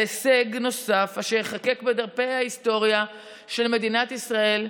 הישג נוסף אשר ייחקק בדפי ההיסטוריה של מדינת ישראל,